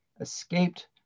escaped